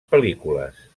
pel·lícules